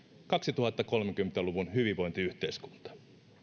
kaksituhattakolmekymmentä luvun hyvinvointiyhteiskunta